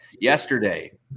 yesterday